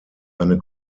eine